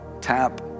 tap